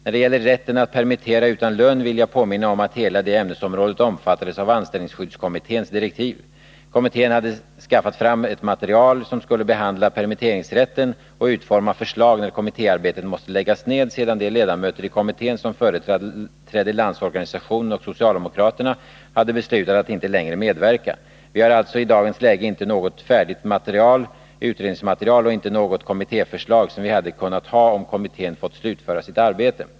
När det gäller rätten att permittera utan lön vill jag påminna om att hela det ämnesområdet omfattades av anställningsskyddskommitténs direktiv. Kommittén hade skaffat fram ett material och skulle behandla permitteringsrätten och utforma förslag, när kommittéarbetet måste läggas ned, sedan de ledamöter i kommittén som företrädde Landsorganisationen och socialdemokraterna hade beslutat att inte längre medverka. Vi har alltså i dagens läge inte något färdigt utredningsmaterial och inte något kommittéförslag — som vi hade kunnat ha om kommittén fått slutföra sitt arbete.